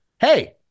Hey